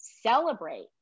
celebrate